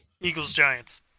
Eagles-Giants